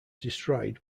destroyed